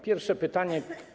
Pierwsze pytanie.